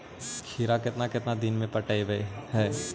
खिरा केतना केतना दिन में पटैबए है?